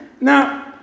Now